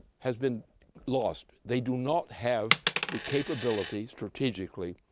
has been lost. they do not have the capability strategically,